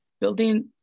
building